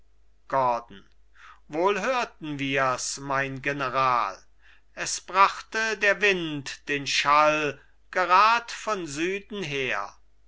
gordon wohl hörten wirs mein general es brachte der wind den schall gerad von süden her